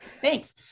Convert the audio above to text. thanks